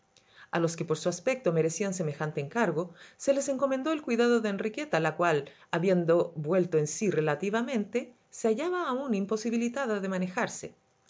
a los que por su aspecto merecían semejante encargo se les encomendó el cuidado de enriqueta la cual habiendo vuelto en sí relativamente se hallaba aún imposibilitada de manejarse de